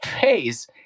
face